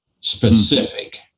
specific